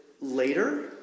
later